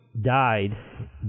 died